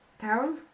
Carol